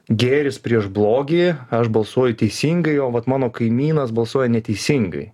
gėris prieš blogį aš balsuoju teisingai o vat mano kaimynas balsuoja neteisingai